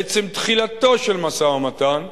לעצם תחילתו של משא-ומתן,